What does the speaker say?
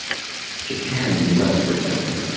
japan and the u. s, for example,